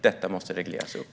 Detta måste regleras upp.